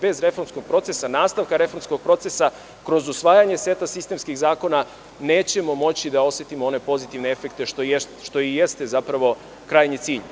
Bez reformskog procesa, nastavka reformskog procesa, kroz usvajanje seta sistemskih zakona, nećemo moći da osetimo one pozitivne efekte, što i jeste zapravo krajnji cilj.